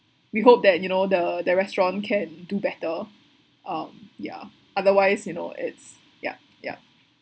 we hope that you know the the restaurant can do better um yeah otherwise you know it's yup yup